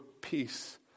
peace